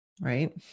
right